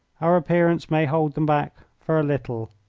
our appearance may hold them back for a little.